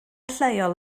lleol